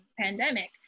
pandemic